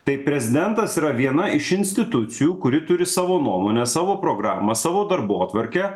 tai prezidentas yra viena iš institucijų kuri turi savo nuomonę savo programą savo darbotvarkę